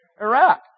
Iraq